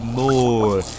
more